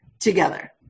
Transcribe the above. together